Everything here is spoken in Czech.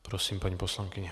Prosím paní poslankyně.